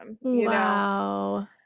Wow